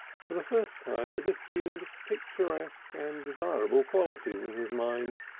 for the first time it assumed picturesque and desirable qualities in his mind.